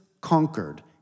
conquered